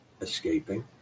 escaping